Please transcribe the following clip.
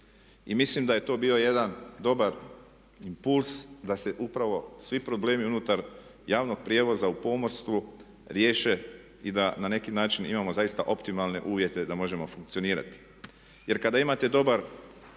I mislim da je to bio jedan dobar impuls da se upravo svi problemi unutar javnog prijevoza u pomorstvu riješe i da na neki način imamo zaista optimalne uvjete da možemo funkcionirati. Jer kada imate dobar